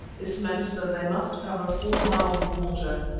this meant that they must cover four miles of water,